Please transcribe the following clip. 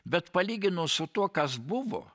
bet palyginus su tuo kas buvo